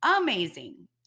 amazing